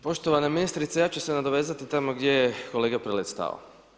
Poštovana ministrice ja ću se nadovezati tamo gdje je kolega Prelec stao.